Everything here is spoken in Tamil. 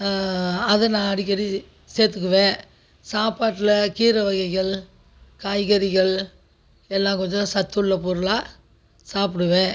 அதை நான் அடிக்கடி சேர்த்துக்குவேன் சாப்பாட்டில் கீரை வகைகள் காய்கறிகள் எல்லாம் கொஞ்சம் சத்துள்ள பொருளாக சாப்பிடுவேன்